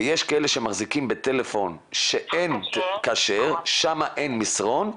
ויש כאלה שמחזיקים בטלפון כשר, שם אין מסרונים,